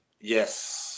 Yes